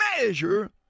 measure